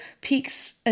peaks